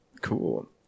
Cool